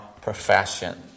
profession